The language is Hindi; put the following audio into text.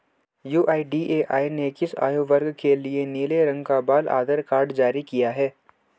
यू.आई.डी.ए.आई ने किस आयु वर्ग के लिए नीले रंग का बाल आधार कार्ड जारी किया है?